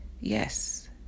yes